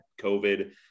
COVID